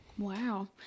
Wow